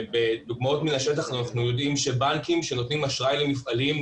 בדוגמאות מן השטח אנחנו יודעים שבנקים שנותנים אשראי למפעלים,